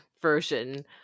version